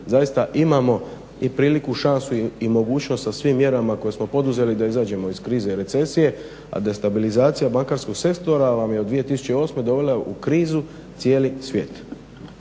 zaista imamo i priliku i šansu i mogućnost sa svim mjerama koje smo poduzeli da izađemo iz krize i recesije, a destabilizacija bankarskog sektora vam je od 2008.dovela u krizu cijeli svijet.